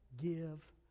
give